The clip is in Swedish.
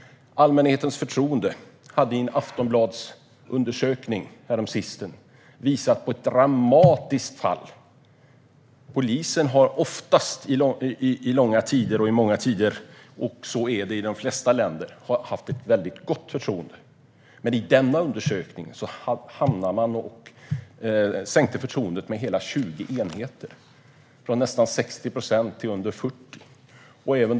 En undersökning i Aftonbladet häromsistens visade ett dramatiskt fall i allmänhetens förtroende för polisen. Polisen har i många och långa tider oftast haft ett gott förtroende - och så är det i de flesta länder - men enligt denna undersökning hade förtroendet sjunkit med hela 20 enheter, från nästan 60 procent till under 40 procent.